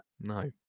no